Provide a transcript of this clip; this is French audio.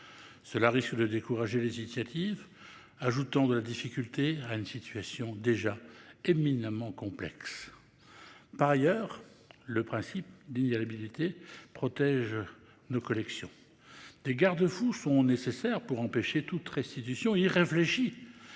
Cela risque de décourager les initiatives, ajoutant de la difficulté à une situation déjà éminemment complexe. Par ailleurs, le principe d'inaliénabilité protège nos collections. Des garde-fous sont nécessaires pour empêcher toute restitution irréfléchie